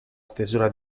stesura